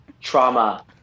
Trauma